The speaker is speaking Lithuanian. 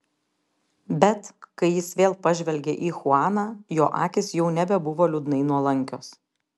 bet kai jis vėl pažvelgė į chuaną jo akys jau nebebuvo liūdnai nuolankios